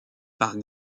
par